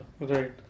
Right